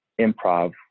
improv